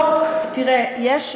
תראה, יש,